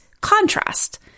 contrast